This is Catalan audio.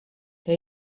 que